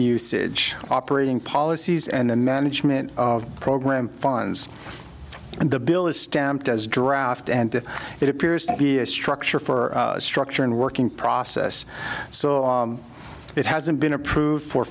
usage operating policies and the management of program fines and the bill is stamped as draft and it appears to be a structure for structure and working process so it hasn't been approved for